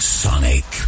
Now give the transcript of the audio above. sonic